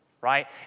right